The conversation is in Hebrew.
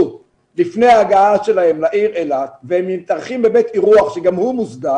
לפני ההגעה שלהם לעיר אילת והם מתארחים בבית אירוח שגם הוא מוסדר